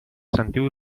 sentiu